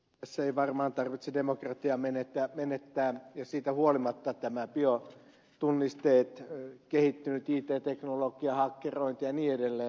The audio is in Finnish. tässä ei varmaan tarvitse demokratiaa menettää ja siitä huolimatta nämä biotunnisteet kehittynyt it teknologia hakkerointi ja niin edelleen